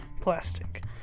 plastic